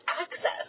access